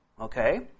Okay